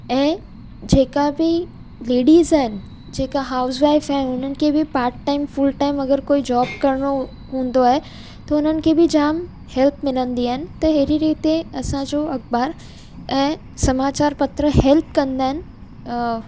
ऐं जे का बि लेडीज़ आहिनि जे का हाउस वाइफ़्स आहे हुननि खे बि पाट टाइम फ़ुल टाइम अगरि कोई जॉब करिणो हूंदो आहे त हुननि खे बि जाम हेल्प मिलंदी आहिनि त अहिड़ी रीते असांजो अख़बार ऐं समाचारु पत्र हेल्प कंदा आहिनि